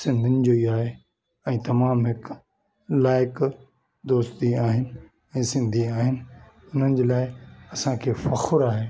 सिंधीनि जो ई आहे ऐं तमामु हिकु लाइक़ु दोस्ती आहिनि ऐं सिंधी आहिनि उन्हनि जे लाइ असांखे फ़ख़्रु आहे